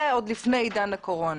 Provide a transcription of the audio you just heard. זה עוד לפני עידן הקורונה.